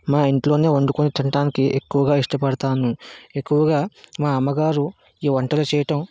మా ఇంట్లోనే వండుకోని తినడానికి ఎక్కువగా ఇష్టపడుతాను ఎక్కువగా మా అమ్మగారు ఈ వంటలు చేయడం